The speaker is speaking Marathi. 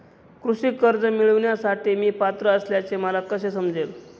कृषी कर्ज मिळविण्यासाठी मी पात्र असल्याचे मला कसे समजेल?